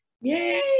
yay